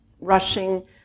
rushing